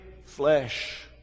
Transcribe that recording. flesh